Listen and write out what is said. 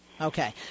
Okay